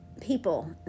people